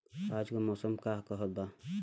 आज क मौसम का कहत बा?